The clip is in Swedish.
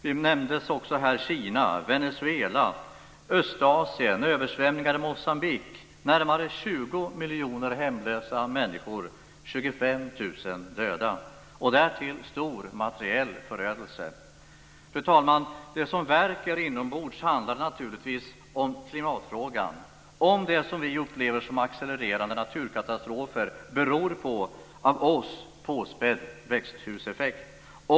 Det nämndes också här Kina, Venezuela, Östasien och översvämningar i Moçambique med närmare 20 miljoner hemlösa människor, 25 000 döda och därtill stor materiell förödelse som följd. Fru talman! Det som värker inombords handlar naturligtvis om klimatfrågan. Frågan är om det som vi upplever som accelererande naturkatastrofer beror på av oss påspädd växthuseffekt.